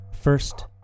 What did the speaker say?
First